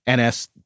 NS